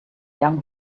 young